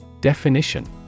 Definition